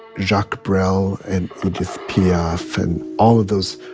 jacques brel and edith piaf and all of those,